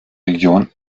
region